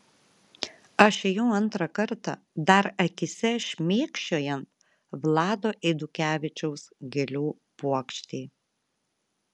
aš ėjau antrą kartą dar akyse šmėkščiojant vlado eidukevičiaus gėlių puokštei